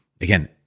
Again